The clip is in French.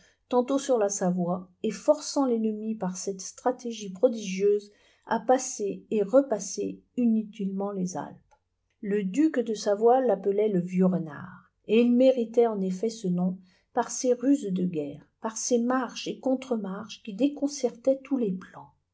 tantôt sur la savoie et forçant l'ennemi par cette stratégie prodigieuse à passer et repasser inutilement los alpes le duc de savoie l'appelait le vieux renard et il méritait en effet ce nom par ses ruses de guerre par ses marches et contremarches qui déconcertaient tous les plans